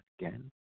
again